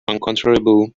uncontrollable